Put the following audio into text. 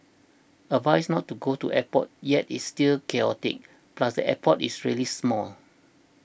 advised not to go to airport yet it's still chaotic plus the airport is really small